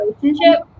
relationship